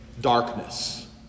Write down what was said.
darkness